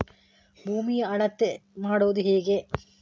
ಭೂಮಿಯ ಅಳತೆ ಮಾಡುವುದು ಹೇಗೆ?